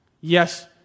Yes